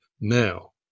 now